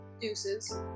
Deuces